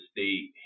State